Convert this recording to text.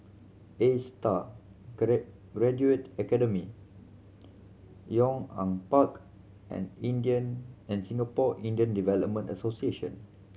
Astar Graduate Academy Yong An Park and Indian and Singapore in the Development Association